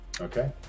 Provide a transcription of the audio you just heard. Okay